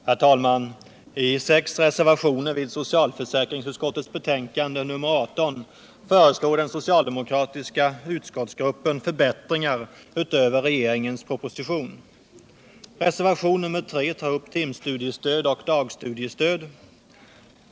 Herr talman! I sex reservationer vid socialförsäkringsutskottets betänkande 18 föreslår den socialdemokratiska utskottsgruppen förbättringar utöver regeringens proposition. Reservationen 3 tar upp timstudiestöd och dagstudiestöd.